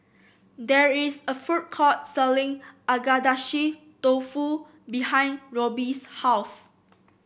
there is a food court selling Agedashi Dofu behind Roby's house